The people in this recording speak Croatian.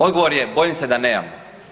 Odgovor je bojim se da nemamo.